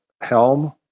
helm